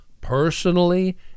personally